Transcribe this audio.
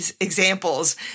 examples